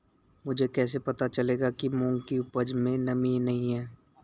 मुझे कैसे पता चलेगा कि मूंग की उपज में नमी नहीं है?